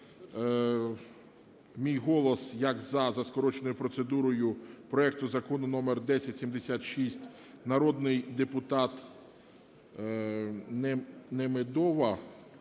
мій голос як "за" за скороченою процедурою проекту Закону номер 1076 народний депутат …………,